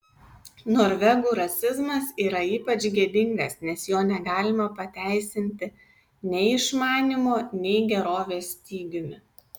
norvegų rasizmas yra ypač gėdingas nes jo negalima pateisinti nei išmanymo nei gerovės stygiumi